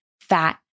Fat